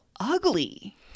ugly